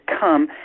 come